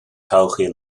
todhchaí